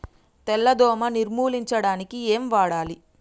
తెల్ల దోమ నిర్ములించడానికి ఏం వాడాలి?